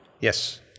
Yes